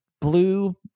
blue